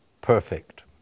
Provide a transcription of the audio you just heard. perfect